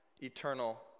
eternal